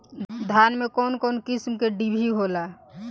धान में कउन कउन किस्म के डिभी होला?